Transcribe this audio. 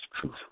truth